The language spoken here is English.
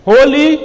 Holy